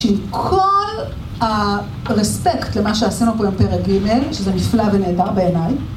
שכל הרספקט למה שעשינו פה יפה רגילי, שזה נפלא ונהדר בעיניי.